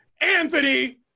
Anthony